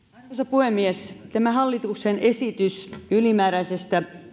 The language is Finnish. puhemies tämä hallituksen esitys ylimääräisen